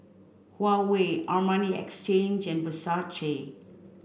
Huawei Armani Exchange and Versace